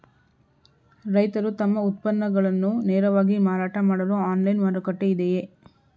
ರೈತರು ತಮ್ಮ ಉತ್ಪನ್ನಗಳನ್ನು ನೇರವಾಗಿ ಮಾರಾಟ ಮಾಡಲು ಆನ್ಲೈನ್ ಮಾರುಕಟ್ಟೆ ಇದೆಯೇ?